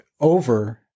over